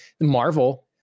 Marvel